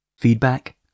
Feedback